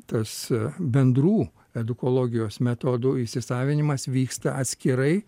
tas bendrų edukologijos metodų įsisavinimas vyksta atskirai